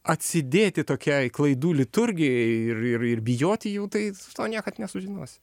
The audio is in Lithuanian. atsidėti tokiai klaidų liturgijai ir ir ir bijoti jų tai to niekad nesužinosi